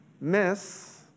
Miss